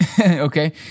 okay